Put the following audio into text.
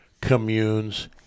communes